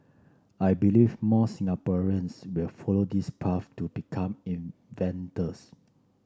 I believe more Singaporeans will follow this path to become inventors